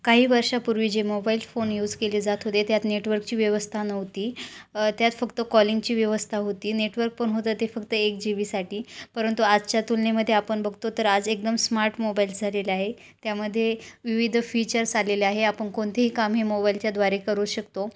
काही वर्षापूर्वी जे मोबाईल फोन यूज केले जात होते त्यात नेटवर्कची व्यवस्था नव्हती त्यात फक्त कॉलिंगची व्यवस्था होती नेटवर्क पण होतं ते फक्त एक जी बीसाठी परंतु आजच्या तुलनेमध्ये आपण बघतो तर आज एकदम स्मार्ट मोबाईल झालेलं आहे त्यामध्ये विविध फीचर्स आलेले आहे आपण कोणतेही काम हे मोबाईलच्याद्वारे करू शकतो